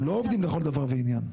הם לא עובדים לכל דבר ועניין.